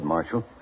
Marshal